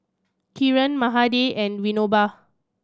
Kiran Mahade and Vinoba